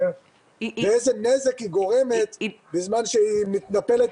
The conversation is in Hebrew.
פסיכודלית ואיזה נזק היא גורמת בזמן שהיא מתנפלת